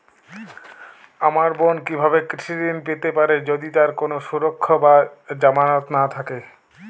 আমার বোন কীভাবে কৃষি ঋণ পেতে পারে যদি তার কোনো সুরক্ষা বা জামানত না থাকে?